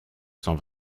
cent